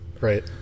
Right